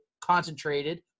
concentrated